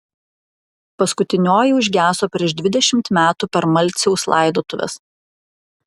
paskutinioji užgeso prieš dvidešimt metų per malciaus laidotuves